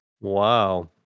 Wow